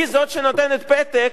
היא זאת שנותנת פתק,